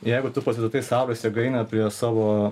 jeigu tu pasistatai saulės jėgainę prie savo